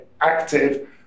active